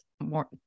more